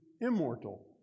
immortal